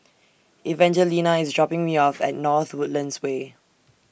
Evangelina IS dropping Me off At North Woodlands Way